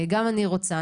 גם אני רוצה.